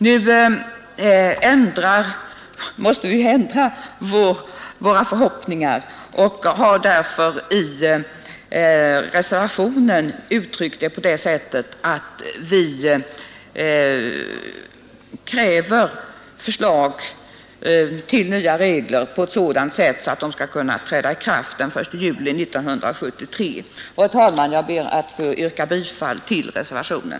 Nu måste vi ju ändra våra förhoppningar om tidpunkten och har därför i reservationen uttryckt det på det viset, att vi kräver förslag till nya regler på ett sådant sätt att de kan träda i kraft den 1 juli 1973. Herr talman! Jag ber att få yrka bifall till reservationen.